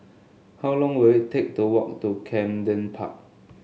how long will it take to walk to Camden Park